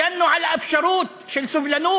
הגנו על האפשרות של סובלנות,